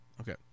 Okay